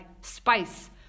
spice